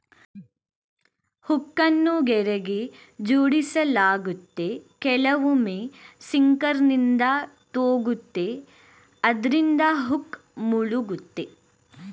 ಹುಕ್ಕನ್ನು ಗೆರೆಗೆ ಜೋಡಿಸಲಾಗುತ್ತೆ ಕೆಲವೊಮ್ಮೆ ಸಿಂಕರ್ನಿಂದ ತೂಗುತ್ತೆ ಅದ್ರಿಂದ ಹುಕ್ ಮುಳುಗುತ್ತೆ